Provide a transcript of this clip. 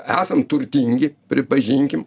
esam turtingi pripažinkim